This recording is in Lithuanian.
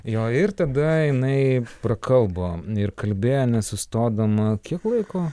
jo ir tada jinai prakalbo ir kalbėjo nesustodama kiek laiko